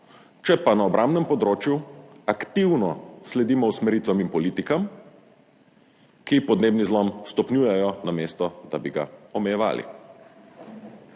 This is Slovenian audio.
če pa na obrambnem področju aktivno sledimo usmeritvam in politikam, ki podnebni zlom stopnjujejo, namesto da bi ga omejevali.